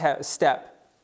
step